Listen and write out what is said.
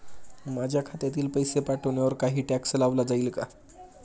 माझ्या खात्यातील पैसे पाठवण्यावर काही टॅक्स लावला जाईल का?